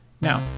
now